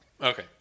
Okay